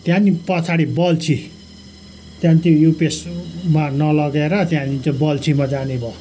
त्यहाँदेखि पछाडि बल्छी त्यहाँदेखि त्यो युपिएसमा नलगेर त्यहाँदेखि त्यो बल्छीमा जाने भयो